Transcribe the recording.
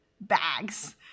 bags